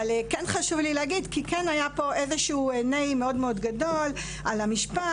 אבל חשוב לי להגיד כי היה פה איזשהו --- גדול מאוד על המשפט,